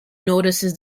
notices